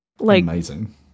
Amazing